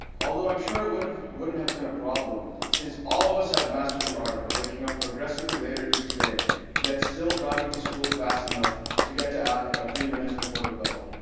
although i'm sure it wouldn't wouldn't have been a problem since all of us have mastered the art of waking up progressively later each day yet still driving to school fast enough to get to africa three minutes before the bell.